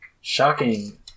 shocking